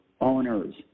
owners